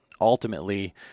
ultimately